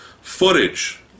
footage